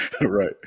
right